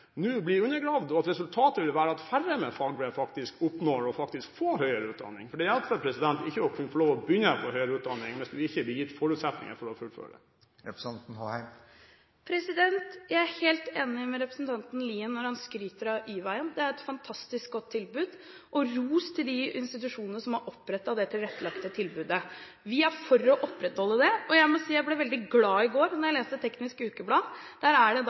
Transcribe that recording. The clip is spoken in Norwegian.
nå blir undergravd, og at resultatet vil være at færre med fagbrev faktisk oppnår å få høyere utdanning? Det hjelper ikke å få lov til å kunne begynne på høyere utdanning hvis man ikke blir gitt forutsetninger for å fullføre. Jeg er helt enig med representanten Lien når han skryter av Y-veien. Det er et fantastisk godt tilbud, og jeg vil gi ros til de institusjonene som har opprettet det tilrettelagte tilbudet. Vi er for å opprettholde det. Jeg må si at jeg ble veldig glad i går, da jeg leste Teknisk Ukeblad, der